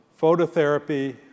phototherapy